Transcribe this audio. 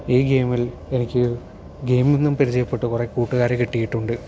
ഈ ഗെയിമിൽ എനിക്ക് ഗെയിമിൽ നിന്നും പരിചയപ്പെട്ട കുറേ കൂട്ടുകാരെ കിട്ടിയിട്ടുണ്ട്